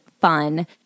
fun